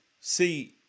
See